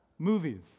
Movies